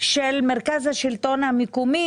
של מרכז השלטון המקומי,